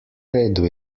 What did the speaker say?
redu